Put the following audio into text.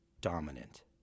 dominant